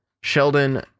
Sheldon